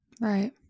Right